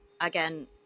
again